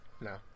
No